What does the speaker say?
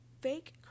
Fake